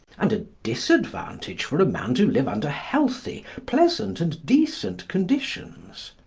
and a disadvantage for a man to live under healthy, pleasant, and decent conditions.